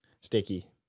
Sticky